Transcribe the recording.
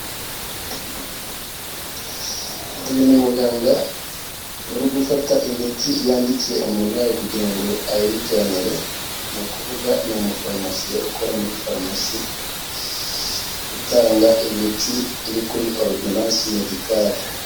Uyu ni muganga uri gufata imiti yandikiye umurwayi kugira ngo ayimujyanire, ni ukuvuga ni umufarumasiye ukora muri farumasi, utanga imiti iri kuri ardonasi medicari.